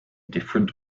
different